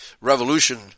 revolution